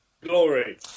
glory